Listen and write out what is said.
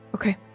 Okay